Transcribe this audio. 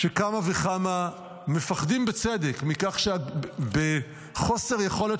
שכמה וכמה מפחדים בצדק מכך שבחוסר יכולת